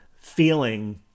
feeling